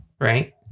right